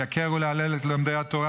לייקר ולהלל את לומדי התורה,